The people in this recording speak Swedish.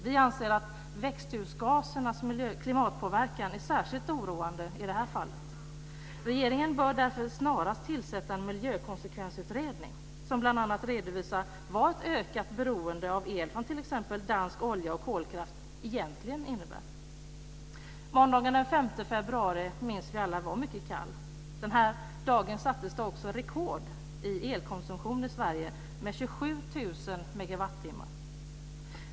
Vi anser att växthusgasernas miljöoch klimatpåverkan är särskilt oroande i det här fallet. Regeringen bör därför snarast tillsätta en miljökonsekvensutredning som bl.a. redovisar vad ett ökat beroende av el från t.ex. dansk olja och kolkraft egentligen innebär. Måndagen den 5 februari minns vi alla var mycket kall. Den här dagen sattes det också rekord i elkonsumtion i Sverige med 27 000 megawattimmar.